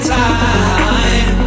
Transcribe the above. time